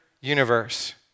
universe